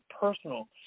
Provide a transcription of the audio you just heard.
personal